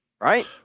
right